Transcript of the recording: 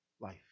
life